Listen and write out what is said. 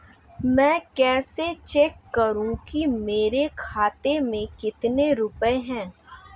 मैं कैसे चेक करूं कि मेरे खाते में कितने रुपए हैं?